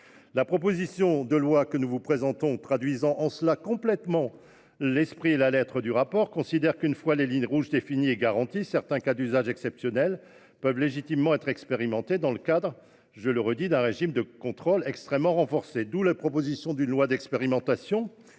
La proposition de loi que nous vous présentons, traduisant en cela parfaitement l'esprit et la lettre du rapport d'information, prévoit qu'une fois les lignes rouges définies et garanties, certains cas d'usage exceptionnels peuvent légitimement être expérimentés- j'y insiste -dans le cadre d'un régime de contrôle extrêmement renforcé. D'où la proposition d'une loi d'expérimentation